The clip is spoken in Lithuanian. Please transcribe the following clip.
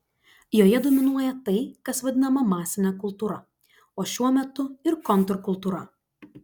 joje dominuoja tai kas vadinama masine kultūra o šiuo metu ir kontrkultūra